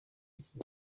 iki